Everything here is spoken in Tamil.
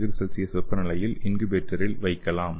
C வெப்பநிலையில் இன்குபேட்டரில் வைக்கலாம்